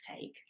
take